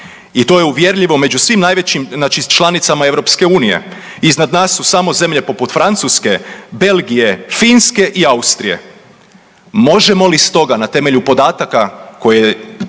I to je uvjerljivo među svim najvećim znači članicama EU. Iznad nas su samo zemlje poput Francuske, Belgije, Finske i Austrije. Možemo li s toga, na temelju podataka koje